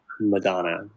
Madonna